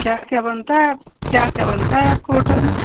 क्या क्या बनता है क्या क्या बनता है आपके होटल में